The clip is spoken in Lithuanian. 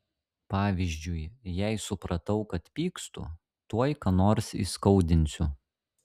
pavyzdžiui jei supratau kad pykstu tuoj ką nors įskaudinsiu